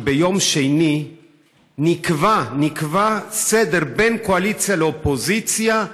כי ביום שני נקבע סדר בין הקואליציה לאופוזיציה,